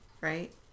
right